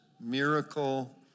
miracle